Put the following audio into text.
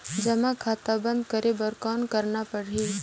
जमा खाता बंद करे बर कौन करना पड़ही?